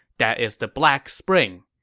that is the black spring.